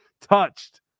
touched